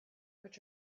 put